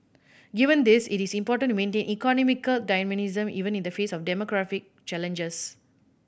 given this it is important to maintain economic dynamism even in the face of demographic challenges